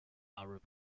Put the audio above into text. arab